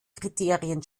kriterien